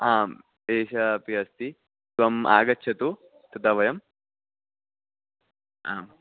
आम् एषा अपि अस्ति त्वम् आगच्छतु तदा वयम् आम्